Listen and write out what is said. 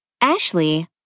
Ashley